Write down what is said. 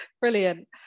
Brilliant